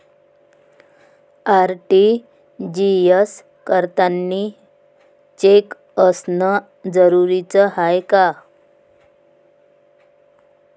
RTGS करतांनी cheque असनं जरुरीच हाय का?